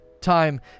time